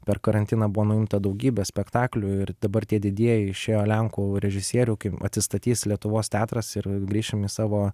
per karantiną buvo nuimta daugybė spektaklių ir dabar tie didieji išėjo lenkų režisierių kaip atsistatys lietuvos teatras ir grįšim į savo